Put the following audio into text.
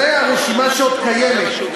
זו הרשימה שעוד קיימת.